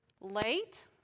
late